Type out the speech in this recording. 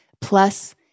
plus